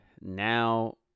now